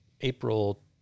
April